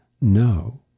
no